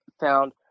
found